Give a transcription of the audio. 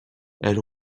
elle